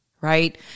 right